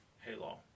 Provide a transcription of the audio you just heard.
Halo